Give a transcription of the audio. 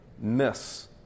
miss